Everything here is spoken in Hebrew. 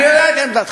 אני יודע את עמדתך.